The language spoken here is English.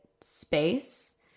space